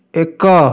ଏକ